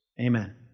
Amen